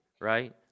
right